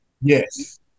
Yes